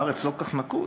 בארץ לא כל כך נקוט,